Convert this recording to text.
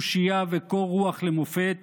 תושייה וקור רוח למופת